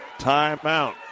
timeout